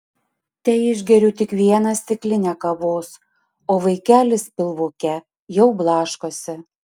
teišgeriu tik vieną stiklinę kavos o vaikelis pilvuke jau blaškosi